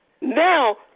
Now